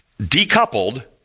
decoupled